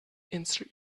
insert